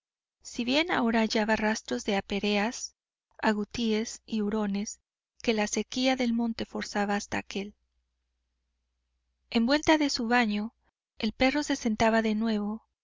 si bien ahora hallaba rastros de apereás agutíes y hurones que la sequía del monte forzaba hasta aquél en vuelta de su baño el perro se sentaba de nuevo